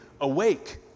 awake